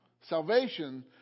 Salvation